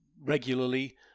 regularly